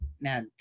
Now